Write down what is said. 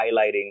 highlighting